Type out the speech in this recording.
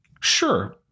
Sure